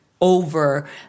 over